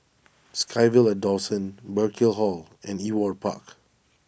SkyVille at Dawson Burkill Hall and Ewart Park